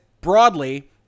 broadly